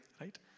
right